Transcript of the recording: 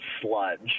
sludge